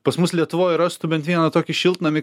pas mus lietuvoj rastų bent vieną tokį šiltnamį